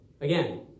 Again